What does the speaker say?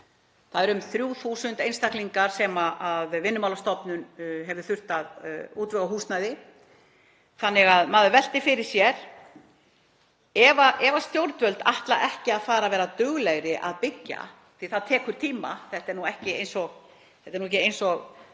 Það eru um 3.000 einstaklingar sem Vinnumálastofnun hefur þurft að útvega húsnæði. Maður veltir fyrir sér: Ef stjórnvöld ætla ekki að fara að verða duglegri að byggja — því það tekur tíma, þetta er ekki eins og